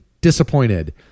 disappointed